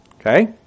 Okay